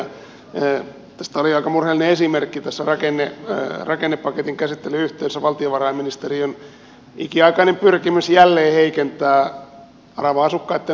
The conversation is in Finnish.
tästä oli aika murheellinen esimerkki tässä rakennepaketin käsittelyn yhteydessä valtiovarainministeriön ikiaikainen pyrkimys jälleen heikentää arava asukkaitten asumisturvaa